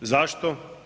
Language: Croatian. Zašto?